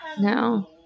No